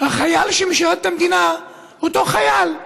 החייל שמשרת את המדינה הוא אותו חייל,